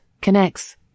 connects